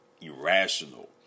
irrational